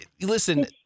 Listen